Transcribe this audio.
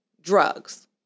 drugs